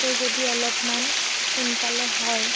কৈ যদি অলপমান সোনকালে হয়